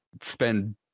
spend